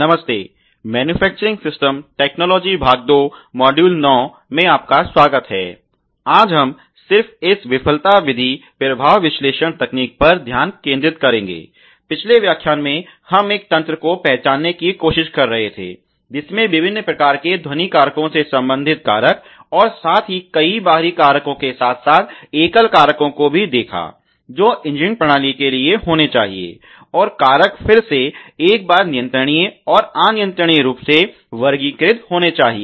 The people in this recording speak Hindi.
नमस्ते मैनुफेक्चुरिंग सिस्टम टेक्नालजी भाग 2 मॉड्यूल 9 में आपका स्वागत है आज हम सिर्फ इस विफलता विधि प्रभाव विश्लेषण तकनीक पर ध्यान केंद्रित करेंगे पिछले व्याख्यान में हम एक तंत्र को पहचानने की कोशिश कर रहे थे जिसमे विभिन्न प्रकार के ध्वनि कारकों से संबंधित कारक और साथ ही कई बाहरी कारकों के साथ साथ एकल कारकों को भी देखा जो इंजीनियरिंग प्रणाली के लिए होने चाहिए और कारक फिर से एक बार नियंत्रणीय और अनियंत्रणीय रूप से वर्गीक्रत होने चाहिए